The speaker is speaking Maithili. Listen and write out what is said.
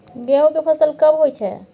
गेहूं के फसल कब होय छै?